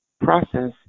process